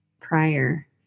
prior